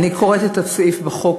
אני קוראת את הסעיף בחוק,